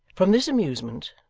from this amusement,